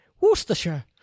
Worcestershire